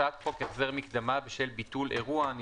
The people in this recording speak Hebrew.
הצעת חוק החזר מקדמה בשל ביטול אירוע (נגיף הקורונה החדש),